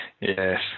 Yes